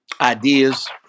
ideas